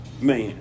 man